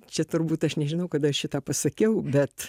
čia turbūt aš nežinau kada šitą pasakiau bet